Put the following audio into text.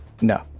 No